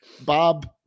bob